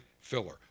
filler